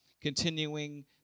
continuing